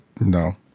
no